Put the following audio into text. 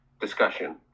discussion